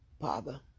Father